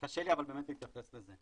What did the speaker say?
אבל קשה לי באמת להתייחס לזה.